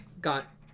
got